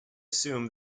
assume